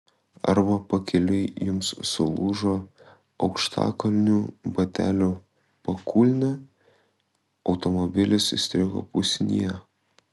arba pakeliui jums sulūžo aukštakulnių batelių pakulnė automobilis įstrigo pusnyje